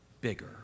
bigger